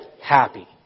happy